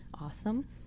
Awesome